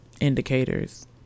indicators